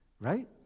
Right